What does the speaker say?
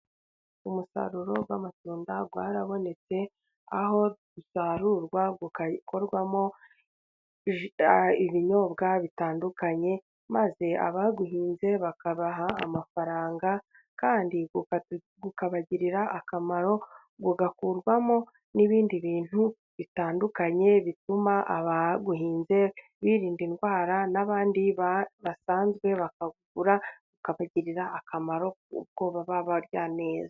Umusaruro w'amatunda warabonetse, aho usarurwa ugakorwamo ibinyobwa bitandukanye, maze abawuhinze ukabaha amafaranga kandi ukabagirira akamaro, ugakurwamo n'ibindi bintu bitandukanye, bituma abawuhinze birinda indwara, n'abandi basanzwe bakawugura, bikabagirira akamaro kuko baba barya neza.